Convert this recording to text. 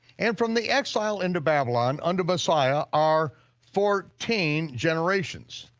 and from the exile into babylon unto messiah are fourteen generations.